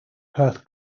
perth